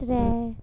त्रैऽ